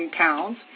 pounds